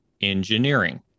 engineering